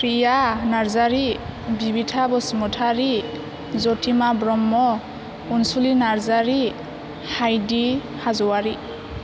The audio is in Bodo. फ्रिया नारजारि बिबिथा बसुमथारि जथिमा ब्रह्म अनसुलि नारजारि हायदि हाज'वारि